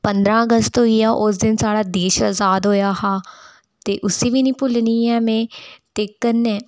पदरां अगस्त होई गेआ उस दिन साढा देश अज़ाद होएया हा ते उसी बी नि भुल्लनी ऐं में ते कन्नै